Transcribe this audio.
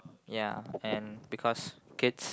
ya and because kids